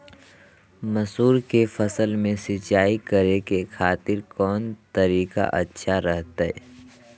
मसूर के फसल में सिंचाई करे खातिर कौन तरीका अच्छा रहतय?